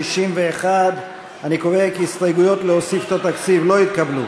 61. אני קובע כי ההסתייגויות להוסיף תקציב לא התקבלו.